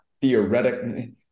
theoretically